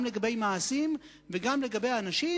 גם לגבי מעשים וגם לגבי אנשים,